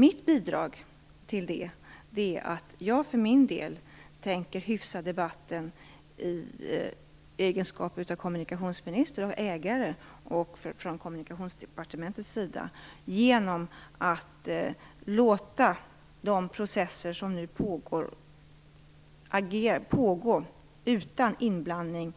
Mitt bidrag till detta är att jag för min del tänker hyfsa debatten i min egenskap av kommunikationsminister och genom Kommunikationsdepartementet som ägare av Posten. Jag tänker låta de pågående processerna fortsätta utan inblandning